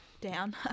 down